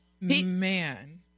Man